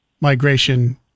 migration